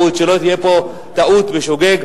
שלא תהיה טעות בשוגג.